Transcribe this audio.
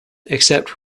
except